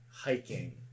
hiking